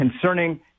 concerning